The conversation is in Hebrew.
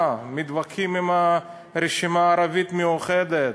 מתווכחים עם הרשימה הערבית המאוחדת,